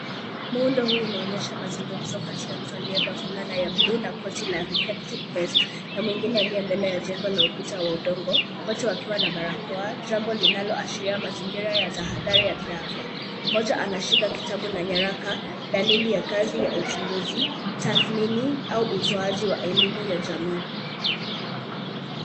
Muundo huu unaonyesha mazungumzo kati ya mtu aliyevaa fulana ya bluu na koti la reflected vest na mwingine aliye mbele ya jengo la ukuta wa udongo. Wote wakiwa na barakoa jambo linaloashiria mazingira ya tahadhari ya kiafya. Mmoja anashika kitabu na nyaraka, dalili ya kazi ya uchunguzi, tathmini au utoaji wa elimu ya jamii.